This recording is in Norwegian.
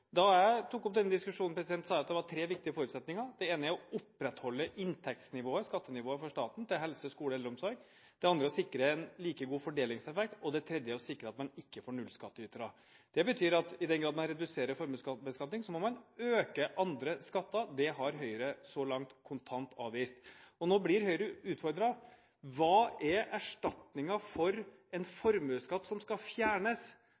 Da jeg tok opp denne diskusjonen, sa jeg at det var tre viktige forutsetninger. Det ene er å opprettholde inntektsnivået, skattenivået, for staten til helse, skole og eldreomsorg. Det andre er å sikre en like god fordelingseffekt, og det tredje er å sikre at man ikke får nullskattytere. Det betyr at i den grad man reduserer formuesbeskatningen, må man øke andre skatter. Det har Høyre så langt kontant avvist. Nå blir Høyre utfordret: Hva er erstatningen for en formuesskatt som skal fjernes,